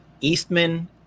Eastman